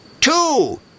two